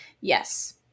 Yes